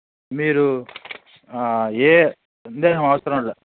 మీరు ఏ సందేహం అవసరంలేదు